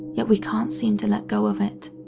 yet we can't seem to let go of it.